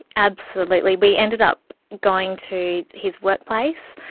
absolutely. we ended up going to his workplace,